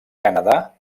canadà